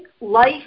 life